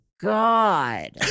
God